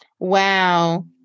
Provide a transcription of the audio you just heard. Wow